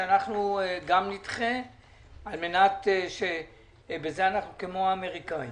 שאנחנו גם נדחה על מנת שנהיה כמו האמריקאים.